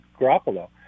Garoppolo